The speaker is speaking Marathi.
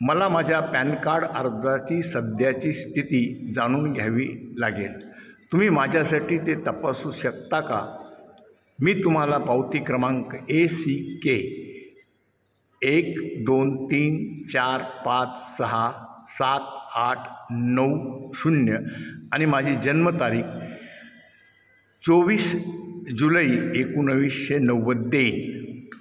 मला माझ्या पॅन कार्ड अर्जाची सध्याची स्थिती जाणून घ्यावी लागेल तुम्ही माझ्यासाठी ते तपासू शकता का मी तुम्हाला पावती क्रमांक ए सी के एक दोन तीन चार पाच सहा सात आठ नऊ शून्य आणि माझी जन्मतारीख चोवीस जुलै एकोणाविसशे नव्वद देईन